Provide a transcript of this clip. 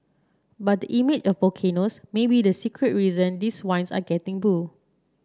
but the image of volcanoes may be the secret reason these wines are getting bu